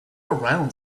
around